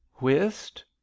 Whist